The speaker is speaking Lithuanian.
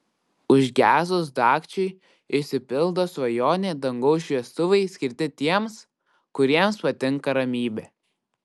užgesus dagčiui išsipildo svajonė dangaus šviestuvai skirti tiems kuriems patinka ramybė